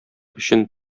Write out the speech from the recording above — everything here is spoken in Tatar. өчен